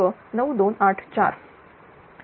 9284